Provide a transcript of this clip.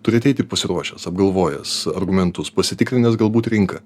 turi ateiti pasiruošęs apgalvojęs argumentus pasitikrinęs galbūt rinką